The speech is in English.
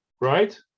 right